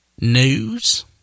news